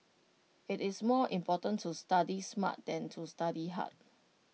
IT is more important to study smart than to study hard